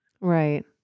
Right